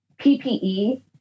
PPE